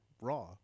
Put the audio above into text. raw